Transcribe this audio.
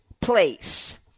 place